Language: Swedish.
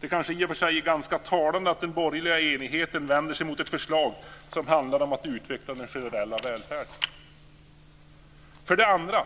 Det är i och för sig ganska talande att den borgerliga enigheten vänder sig mot ett förslag som handlar om att utveckla den generella välfärden. För det andra: